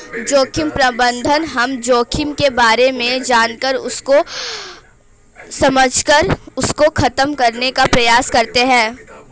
जोखिम प्रबंधन हम जोखिम के बारे में जानकर उसको समझकर उसको खत्म करने का प्रयास करते हैं